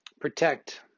protect